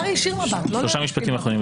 שלושה משפטים אחרונים.